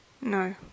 no